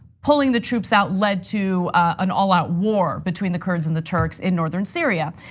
pulling the troop out led to an all out war between the kurds and the turks in northern syria.